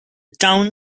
town